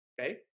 okay